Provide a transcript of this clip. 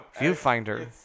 viewfinder